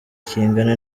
kingana